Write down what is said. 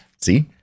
See